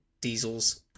diesels